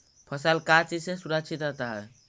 फसल का चीज से सुरक्षित रहता है?